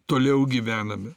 toliau gyvename